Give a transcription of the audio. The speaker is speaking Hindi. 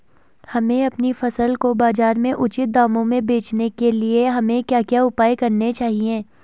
हमें अपनी फसल को बाज़ार में उचित दामों में बेचने के लिए हमें क्या क्या उपाय करने चाहिए?